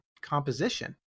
composition